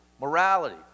morality